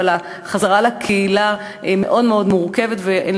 אבל החזרה לקהילה מאוד מורכבת,